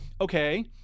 Okay